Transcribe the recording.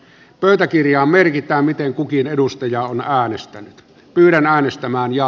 pöytäkirjaan merkitään miten kukin edustaja on ahdistanut kylän äänestämään ja